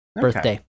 birthday